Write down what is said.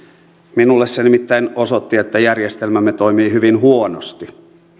minulle se nimittäin osoitti että järjestelmämme toimii hyvin huonosti